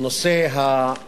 נושא הדיון היום הוא: